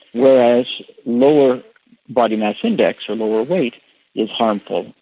whereas lower body mass index or lower weight is harmful,